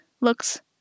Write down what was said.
looks